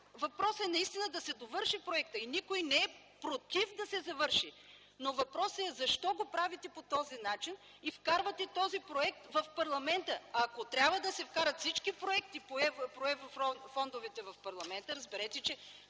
въпросът е наистина да се довърши проектът. Никой не е против да се завърши. Въпросът е защо го правите по този начин и вкарвате този проект в парламента. Ако трябва всички проекти по еврофондовете да се вкарват в парламента, разберете, че,